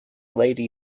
lady